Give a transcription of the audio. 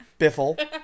Biffle